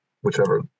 whichever